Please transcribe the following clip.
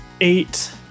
eight